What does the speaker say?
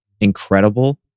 incredible